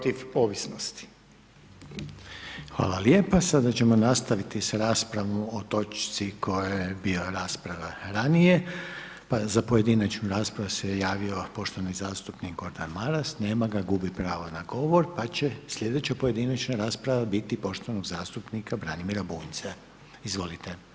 Sada ćemo nastaviti s raspravom o točci koja je dio rasprave ranije, pa za pojedinačnu raspravu se javio poštovani zastupnik Gordan Maras, nema ga, gubi pravo na govor, pa će slijedeća pojedinačna rasprava biti poštovanog zastupnika Branimira Bunjca, izvolite.